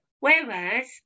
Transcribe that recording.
Whereas